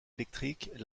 électriques